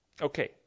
Okay